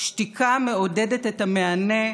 שתיקה מעודדת את המענה,